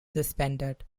suspended